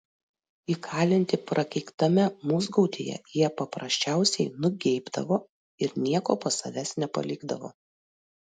įkalinti prakeiktame musgaudyje jie paprasčiausiai nugeibdavo ir nieko po savęs nepalikdavo